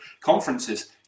conferences